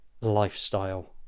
lifestyle